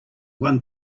one